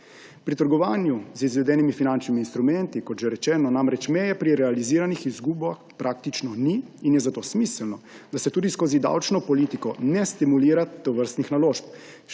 Pri trgovanju z izvedenimi finančnimi instrumenti, kot že rečeno, namreč meje pri realiziranih izgubah praktično ni in je zato smiselno, da se tudi skozi davčno politiko ne stimulira tovrstnih naložb,